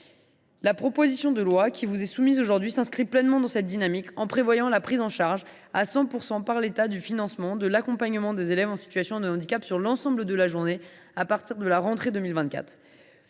La proposition de loi qui vous est soumise aujourd’hui s’inscrit pleinement dans cette dynamique : elle prévoit la prise en charge à 100 % par l’État du financement de l’accompagnement des élèves en situation de handicap sur l’ensemble de la journée à partir de la rentrée 2024.